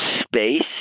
space